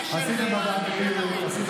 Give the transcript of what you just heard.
הם ניצלו את ועדת הכנסת.